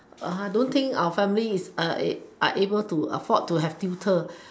I don't think our family is are able to afford to have tutor